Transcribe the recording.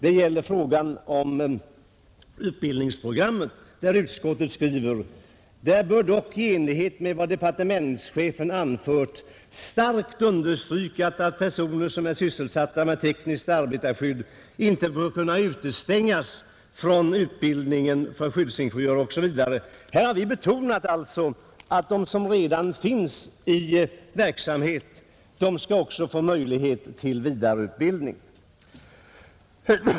Jag avser frågan om utbildningsprogrammet, där utskottet skriver: ”Det bör dock i enlighet med vad departementschefen anför starkt understrykas att personer som nu är sysselsatta med tekniskt arbetarskydd inte bör kunna stängas ute från utbildningen för skyddsingenjörer.” — Här har vi alltså betonat att de som redan finns i verksamhet också skall få möjlighet till vidareutbildning.